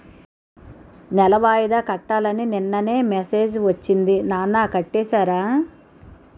నెల వాయిదా కట్టాలని నిన్ననే మెసేజ్ ఒచ్చింది నాన్న కట్టేసారా?